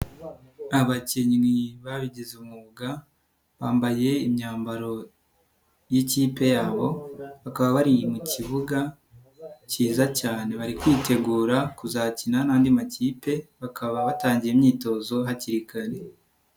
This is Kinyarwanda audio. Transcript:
Abakinnyi babigize umwuga bambaye imyambaro y'ikipe yabo bakaba bari mu kibuga cyiza cyane, bari kwitegura kuzakina n'andi makipe bakaba batangiye imyitozo hakiri kare.